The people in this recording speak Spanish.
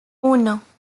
uno